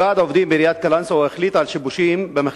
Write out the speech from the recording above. ועד העובדים בעיריית קלנסואה החליט על שיבושים בעבודת